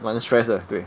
蛮 stress 得对